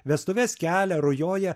vestuves kelia rujoja